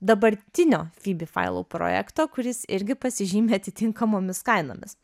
dabartinio fibi failau projekto kuris irgi pasižymi atitinkamomis kainomis